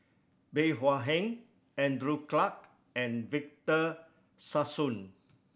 Bey Hua Heng Andrew Clarke and Victor Sassoon